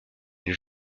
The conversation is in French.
une